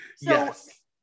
Yes